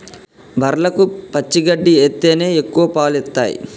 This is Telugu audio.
బర్లకు పచ్చి గడ్డి ఎత్తేనే ఎక్కువ పాలు ఇత్తయ్